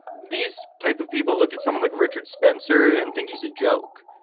these type of people look at someone like richard spencer and think he's a joke